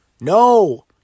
No